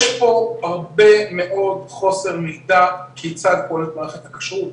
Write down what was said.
יש פה הרבה מאוד חוסר מידע כיצד פועלת מערכת הכשרות.